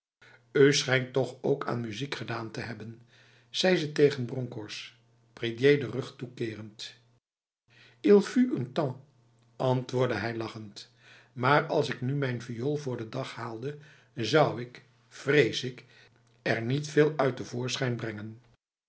ij schijnt toch ook aan muziek gedaan te hebben zei ze tegen bronkhorst prédier de rug toekerend ii fut un temps antwoordde hij lachend maar als ik nu mijn viool voor den dag haalde zou ik vrees ik er niet veel uit te voorschijn brengen